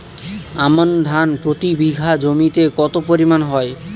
আমন ধান প্রতি বিঘা জমিতে কতো পরিমাণ হয়?